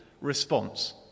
response